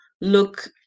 look